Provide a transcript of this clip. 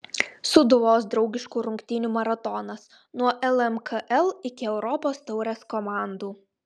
sūduvos draugiškų rungtynių maratonas nuo lmkl iki europos taurės komandų